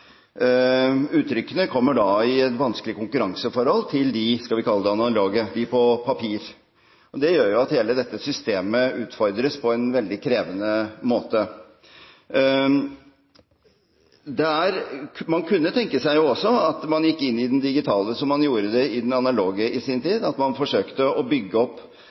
uttrykkene da kommer i et vanskelig konkurranseforhold til de – skal vi kalle de – analoge, de på papir. Det gjør jo at hele dette systemet utfordres på en veldig krevende måte. Man kunne også tenke seg at man gikk inn i den digitale sektor som man gjorde det i den analoge i sin tid, at man forsøkte å bygge opp